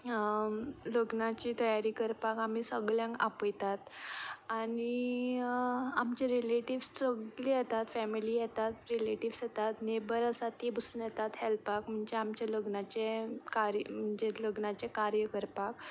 लग्नाची तयारी करपाक आमी सगल्यांक आपयतात आनी आमचे रिलेटिव्स सगलीं येतात फॅमिली येता रिलेटिव्स येतात नेबर आसा तीं बसून येतात हेल्पाक आमचे आमचे लग्नाचें कार्य म्हणजे लग्नाचें कार्य करपाक